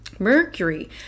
mercury